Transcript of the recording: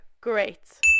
great